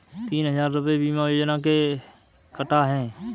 तीन हजार रूपए बीमा योजना के कटा है